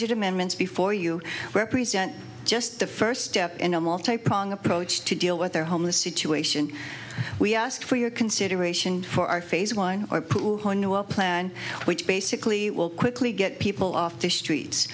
amendments before you represent just the first step in a multi pronged approach to deal with their homeless situation we asked for your consideration for our phase one or two up plan which basically will quickly get people off the streets